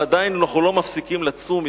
אבל עדיין אנחנו לא מפסיקים לצום,